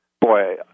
boy